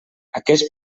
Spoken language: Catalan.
aquest